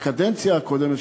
בקדנציה הקודמת,